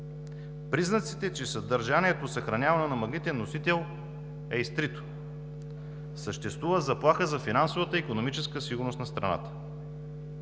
Признаците, че съдържанието, съхранявано на магнитен носител, е изтрито, съществува заплаха за финансовата и икономическата сигурност на страната.